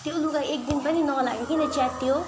त्यो लुगा एक दिन पनि नलगाइकन च्यातियो